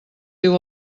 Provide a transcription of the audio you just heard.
diu